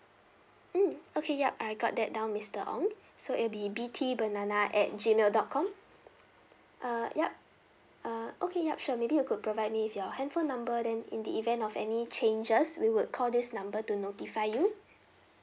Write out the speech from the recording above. mm okay yup I got that down mister ong so it'll be B T banana at G mail dot com uh yup uh okay yup sure maybe you could provide me with your handphone number then in the event of any changes we would call this number to notify you